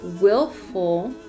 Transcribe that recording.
willful